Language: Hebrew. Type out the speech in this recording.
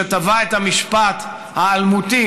שטבע את המשפט האלמותי,